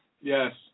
Yes